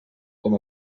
com